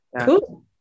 cool